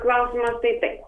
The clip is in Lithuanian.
klausimas tai taip